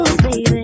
baby